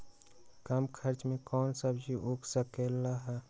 कम खर्च मे कौन सब्जी उग सकल ह?